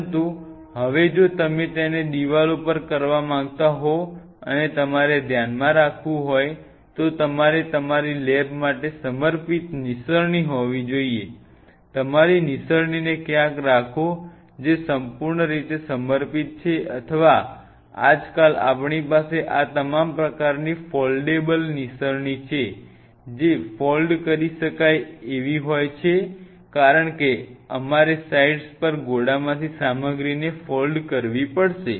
પરંતુ હવે જો તમે તેને દિવાલો પર કરવા માંગતા હો અને તમારે ધ્યાનમાં રાખવું હોય તો તમારે તમારી લેબ માટે સમર્પિત નિસરણી હોવી જોઈએ તમારી નિસરણીને ક્યાંક રાખો જે સંપૂર્ણ રીતે સમર્પિત છે અથવા આજકાલ આપણી પાસે આ તમામ પ્રકારની ફોલ્ડેબલ નિસરણી છે જે ફોલ્ડ કરી શકાય તેવી હોય છે કારણ કે અમારે સાઇટ્સ પર ઘોડામાંથી સામગ્રીને ફોલ્ડ કરવી પડશે